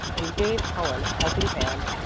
and gave helen a helping hand,